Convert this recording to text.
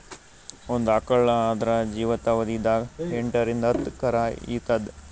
ಒಂದ್ ಆಕಳ್ ಆದ್ರ ಜೀವಿತಾವಧಿ ದಾಗ್ ಎಂಟರಿಂದ್ ಹತ್ತ್ ಕರಾ ಈತದ್